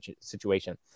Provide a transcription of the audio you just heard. situation